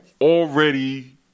already